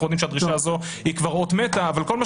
אנחנו יודעים שהדרישה הזאת היא כבר "אות מתה" אבל כל מה